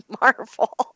marvel